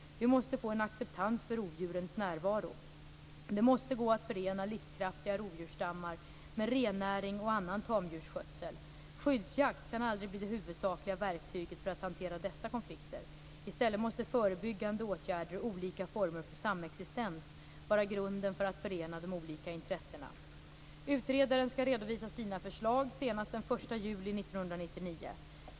Vi måste få en acceptans för rovdjurens närvaro. Det måste gå att förena livskraftiga rovdjursstammar med rennäring och annan tamdjursskötsel. Skyddsjakt kan aldrig bli det huvudsakliga verktyget för att hantera dessa konflikter. I stället måste förebyggande åtgärder och olika former för samexistens vara grunden för att förena de olika intressena. Utredaren skall redovisa sina förslag senast den 1 juli 1999.